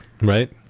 Right